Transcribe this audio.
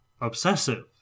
Obsessive